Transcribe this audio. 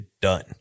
done